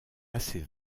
assez